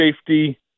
safety